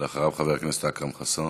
אחריו חבר הכנסת אכרם חסון.